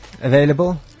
available